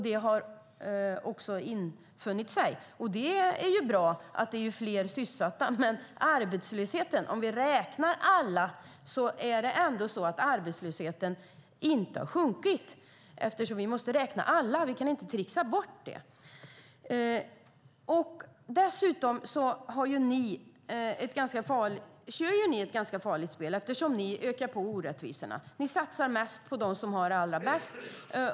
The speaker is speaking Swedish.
Det har också infunnit sig, och det är ju bra att det är fler sysselsatta, men arbetslösheten har ändå inte sjunkit. Vi måste räkna alla. Vi kan inte tricksa bort detta. Ni kör ett ganska farligt spel eftersom ni ökar på orättvisorna. Ni satsar mest på dem som har det allra bäst.